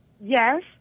Yes